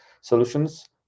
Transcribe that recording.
solutions